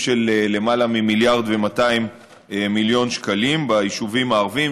של למעלה מ-1.2 מיליארד שקלים ביישובים הערביים,